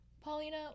Paulina